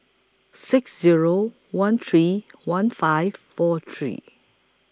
six Zero one three one five four three